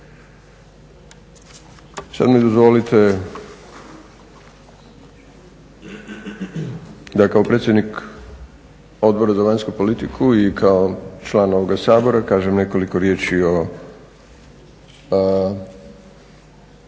Sada mi dozvolite da kao predsjednik Odbora za vanjsku politiku i kao član ovoga Sabora kažem nekoliko riječi o